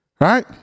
right